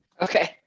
Okay